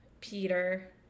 Peter